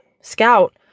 Scout